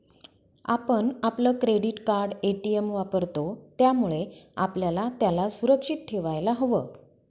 आपण आपलं credit card, ATM वापरतो, त्यामुळे आपल्याला त्याला सुरक्षित ठेवायला हव